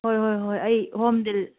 ꯍꯣꯏ ꯍꯣꯏ ꯍꯣꯏ ꯑꯩ ꯍꯣꯝ